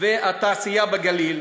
והתעשייה בגליל,